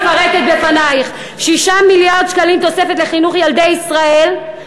מפרטת בפנייך: 6 מיליארד שקלים תוספת לחינוך ילדי ישראל,